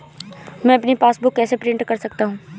मैं अपनी पासबुक कैसे प्रिंट कर सकता हूँ?